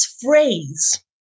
phrase